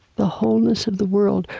the wholeness of the world,